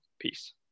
Peace